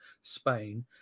spain